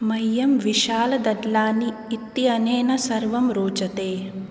मह्यं विशाल दद्लानी इत्यनेन सर्वं रोचते